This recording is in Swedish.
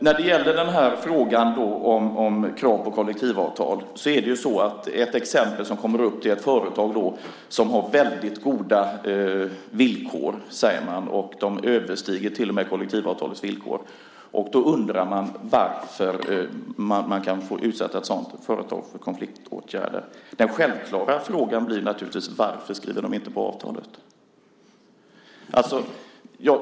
När det gäller frågan om krav på kollektivavtal så är ett exempel som kommer upp ett företag som man säger har väldigt goda villkor - de överstiger till och med kollektivavtalets villkor. Man undrar varför ett sådant företag kan få utsättas för konfliktåtgärder. Den självklara frågan blir naturligtvis: Varför skriver inte företaget på avtalet?